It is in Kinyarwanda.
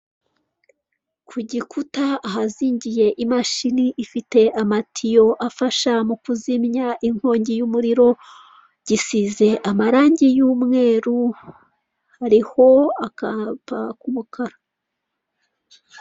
Ku gikuta ahazingiye imashini ifite amatiyo afasha mu kuzimya inkongi y'umuriro, gisize amarangi y'umweru, hariho akapa k'umukara.